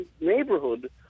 neighborhood